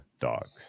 dogs